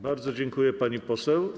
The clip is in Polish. Bardzo dziękuję, pani poseł.